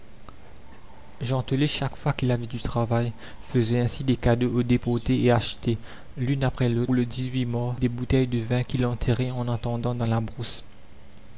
gentelet chaque fois qu'il avait du travail faisait ainsi des cadeaux aux déportés et achetait l'une après l'autre pour le mars des bouteilles de vin qu'il enterrait en attendant dans la brousse